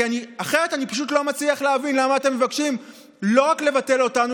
אחרת אני לא מצליח להבין למה אתם מבקשים לא רק לבטל אותנו,